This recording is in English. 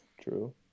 True